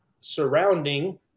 surrounding